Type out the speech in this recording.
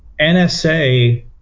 NSA